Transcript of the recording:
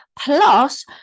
Plus